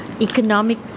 economic